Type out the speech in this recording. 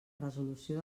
resolució